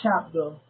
chapter